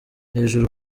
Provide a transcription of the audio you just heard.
hejuru